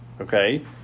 okay